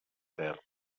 terra